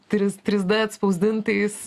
tris trys d atspausdintais